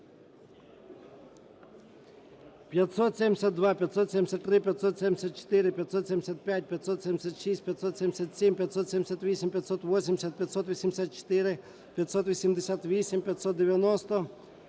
572, 573, 574, 575, 576, 577, 578, 580, 584, 588, 590,